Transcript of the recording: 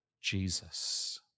Jesus